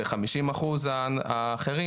חמישים אחוז האחרים,